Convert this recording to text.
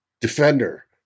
defender